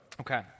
Okay